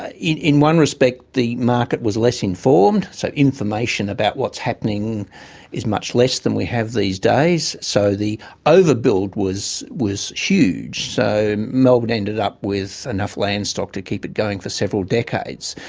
ah in in one respect the market was less informed, so information about what's happening was much less than we have these days, so the over-build was was huge. so melbourne ended up with enough land stock to keep it going for several decades.